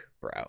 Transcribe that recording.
bro